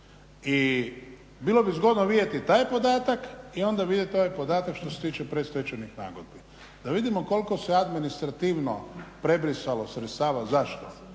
I bilo bi zgodno vidjeti taj podatak i onda vidjeti ovaj podatak što se tiče predstečajnih nagodbi. Da vidimo koliko se administrativno prebrisalo sredstava. Zašto?